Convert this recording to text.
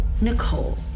Nicole